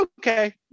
okay